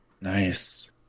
Nice